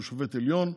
הוא שופט עליון,